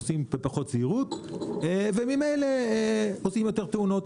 נוסעים בפחות זהירות וממילא עושים יותר תאונות.